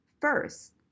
first